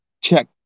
check